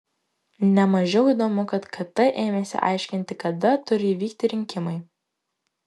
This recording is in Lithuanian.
ne mažiau įdomu kad kt ėmėsi aiškinti kada turi įvykti rinkimai